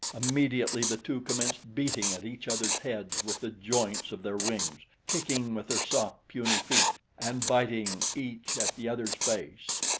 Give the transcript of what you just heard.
immediately the two commenced beating at each other's heads with the joints of their wings, kicking with their soft, puny feet and biting, each at the other's face.